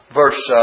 verse